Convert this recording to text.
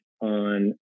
on